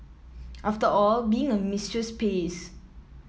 after all being a mistress pays